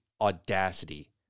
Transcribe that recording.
audacity